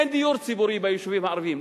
אין דיור ציבורי ביישובים הערביים.